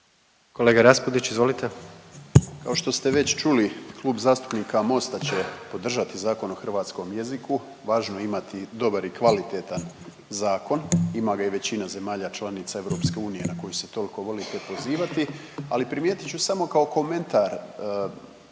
**Raspudić, Nino (MOST)** Kao što ste već čuli Klub zastupnika Mosta će podržati Zakon o hrvatskom jeziku. Važno je imati dobar i kvalitetan zakon. Ima ga i većina zemalja članica EU na koju se toliko volite pozivati, ali primijetit ću samo kao komentar,